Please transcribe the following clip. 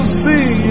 see